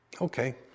Okay